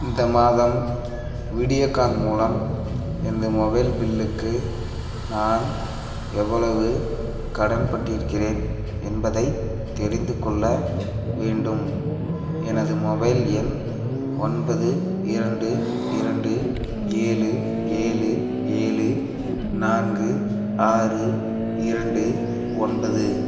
இந்த மாதம் வீடியோகான் மூலம் எனது மொபைல் பில்லுக்கு நான் எவ்வளவு கடன்பட்டிருக்கிறேன் என்பதைத் தெரிந்துக் கொள்ள வேண்டும் எனது மொபைல் எண் ஒன்பது இரண்டு இரண்டு ஏழு ஏழு ஏழு நான்கு ஆறு இரண்டு ஒன்பது